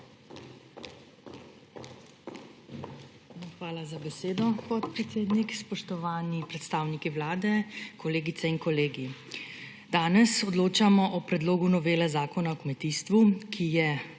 Hvala za besedo, podpredsednik. Spoštovani predstavniki Vlade, kolegice in kolegi! Danes odločamo o predlogu novele Zakona o kmetijstvu, ki je